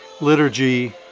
liturgy